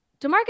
DeMarcus